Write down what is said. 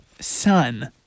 sun